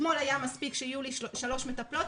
אתמול היה מספיק שיהיו לי שלוש מטפלות,